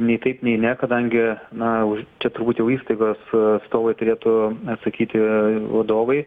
nei taip nei ne kadangi na čia turbūt jau įstaigos atstovai turėtų atsakyti vadovai